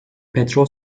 petrol